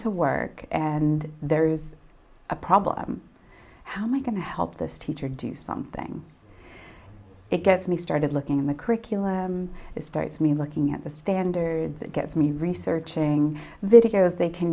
to work and there's a problem how am i going to help this teacher do something it gets me started looking in the curriculum it starts me looking at the standard gets me researching videos they can